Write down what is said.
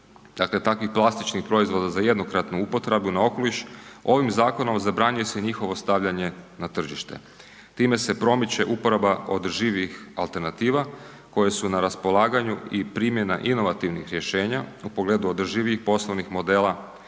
takvih plastičnih proizvoda za jednokratnu upotrebu na okoliš, ovim zakonom zabranjuje se njihovo stavljanje na tržište. Time se promiče uporaba održivijih alternativa koje su na raspolaganju i primjena inovativnih rješenja u pogledu održivijih poslovnih modela,